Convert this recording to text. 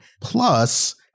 plus